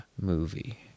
movie